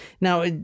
Now